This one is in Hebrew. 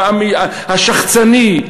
השחצני,